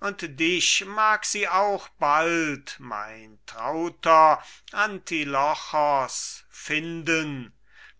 und dich mag sie auch bald mein trauter antilochos finden